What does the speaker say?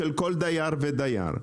של כל דייר ודייר.